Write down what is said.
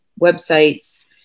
websites